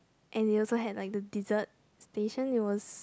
and they also had like a dessert station it was